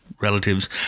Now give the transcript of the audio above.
relatives